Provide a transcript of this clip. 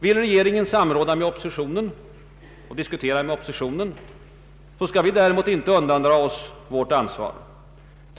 Vill regeringen samråda med oppositionen och diskutera med oppositionen, skall vi däremot inte undandra oss vårt ansvar.